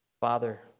Father